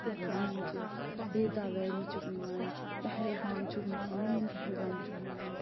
یَتھ وَنان چھِ بیتاب ویلی چھُکھ نِوان پہلگام چھُکھ نِوان مین پہلگام چھُکھ نِوان